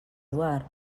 eduard